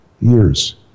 Years